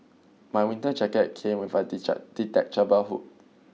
my winter jacket came with a detachable hood